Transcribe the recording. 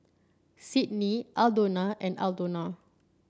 Sydnee Aldona and Aldona